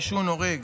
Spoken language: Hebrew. העישון הורג.